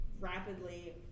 rapidly